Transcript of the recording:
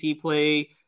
play